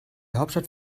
hauptstadt